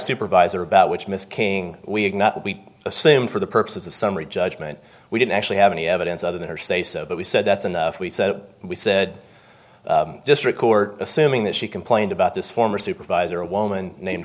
supervisor about which miss king we assume for the purposes of summary judgment we didn't actually have any evidence other than her say so but we said that's enough we said we said district court assuming that she complained about this former supervisor a woman named